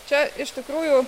čia iš tikrųjų